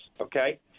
okay